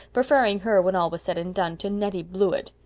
preferring her, when all was said and done, to nettie blewett.